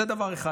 זה דבר אחד.